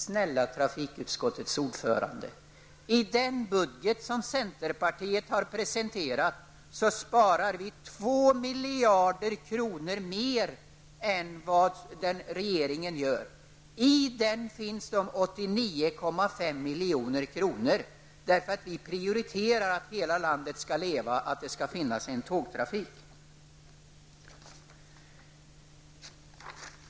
Snälla trafikutskottets ordförande! I den budget som centerpartiet har presenterat sparar man 2 miljarder kronor mer än vad regeringen gör. I denna budget finns ett belopp på 89,5 milj.kr. avsett för att prioritera åtgärder syftande till att hela landet skall leva och att det skall finnas tågtrafik.